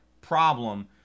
problem